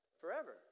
Forever